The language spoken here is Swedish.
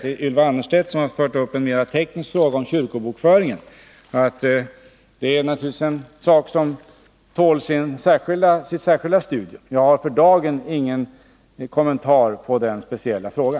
till Ylva Annerstedt, som fört upp en mer teknisk ' fråga om kyrkobokföringen, säga att det naturligtvis är en sak som tål sitt särskilda studium. Jag har för dagen ingen kommentar till den speciella frågan.